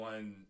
One